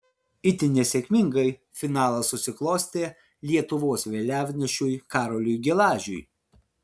itin nesėkmingai finalas susiklostė lietuvos vėliavnešiui karoliui gelažiui